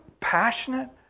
passionate